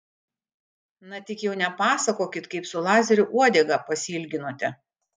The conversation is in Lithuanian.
na tik jau nepasakokit kaip su lazeriu uodegą pasiilginote